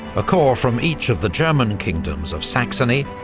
a corps from each of the german kingdoms of saxony,